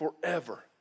forever